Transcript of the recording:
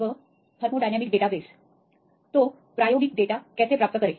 तो प्रायोगिक डेटा कैसे प्राप्त करें